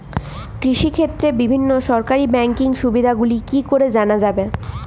কৃষিক্ষেত্রে বিভিন্ন সরকারি ব্যকিং সুবিধাগুলি কি করে জানা যাবে?